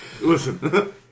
Listen